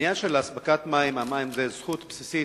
העניין של אספקת המים הוא זכות בסיסית.